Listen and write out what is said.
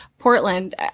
Portland